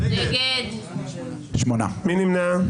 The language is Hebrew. מי נמנע?